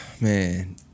Man